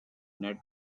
net